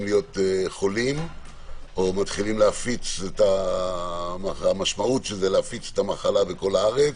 להיות חולים או מתחילים להפיץ את המחלה בכל הארץ.